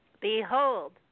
Behold